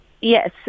Yes